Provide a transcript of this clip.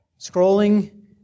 scrolling